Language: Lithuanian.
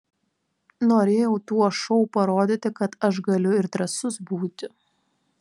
norėjau tuo šou parodyti kad aš galiu ir drąsus būti